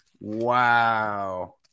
wow